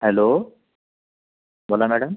hello बोला madam